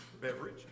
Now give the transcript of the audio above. beverage